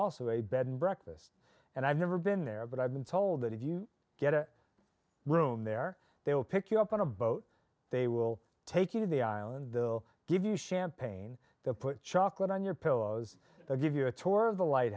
also a bed and breakfast and i've never been there but i've been told that if you get a room there they will pick you up on a boat they will take you to the island though give you champagne the put chocolate on your pillows they give you a tour of the